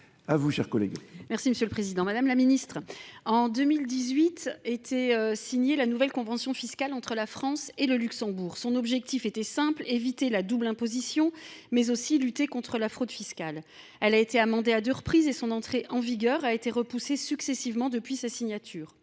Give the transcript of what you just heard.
et numérique, chargée des comptes publics. la ministre, en 2018 était signée la nouvelle convention fiscale entre la France et le Luxembourg. Son objectif était simple : éviter la double imposition, mais aussi lutter contre la fraude fiscale. Elle a été amendée à deux reprises, et son entrée en vigueur a été repoussée d’autant depuis sa signature.